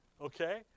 Okay